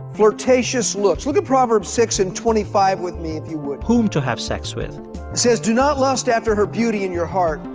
flirtatious looks. look at proverbs six and twenty five with me, if you would. whom to have sex with. it says do not lust after her beauty in your heart.